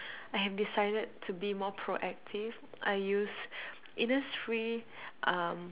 I have decided to be more proactive I use Innisfree um